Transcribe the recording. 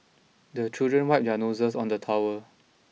the children wipe their noses on the towel